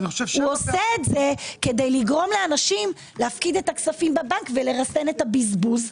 הוא עושה זאת כדי לגרום לאנשים להפקיד את הכספים בבנק ולרסן את הבזבוז,